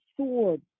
sword